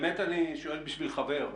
באמת אני שואל בשביל חבר,